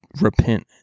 repent